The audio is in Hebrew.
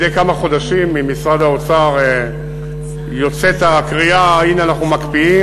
מדי כמה חודשים יוצאת קריאה ממשרד האוצר: הנה אנחנו מקפיאים,